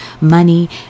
money